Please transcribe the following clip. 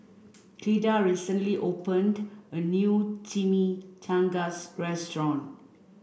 Clyda recently opened a new Chimichangas restaurant